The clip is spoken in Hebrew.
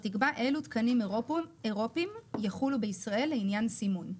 תקבע אלו תקנים אירופיים יחולו בישראל לעניין סימון.